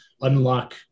unlock